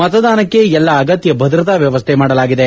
ಮತದಾನಕ್ಕೆ ಎಲ್ಲಾ ಅಗತ್ಯ ಭದ್ರತಾ ವ್ಯವಸ್ಥೆ ಮಾಡಲಾಗಿದೆ